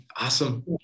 Awesome